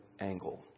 angle